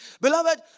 Beloved